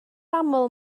aml